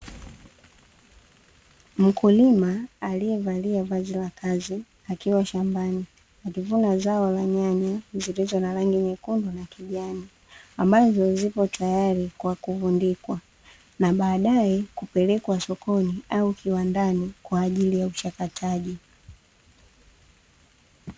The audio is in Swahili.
Mkulima alievalia vazi la kazi akiwa shambani, akivuna zao la nyanya zilizo na rangi nyekundu na kijani ambazo zipo tayari kwa kuvundikwa, na baadae kupelekwa sokoni au kiwandani kwa ajili ya uchakataji.